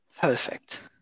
perfect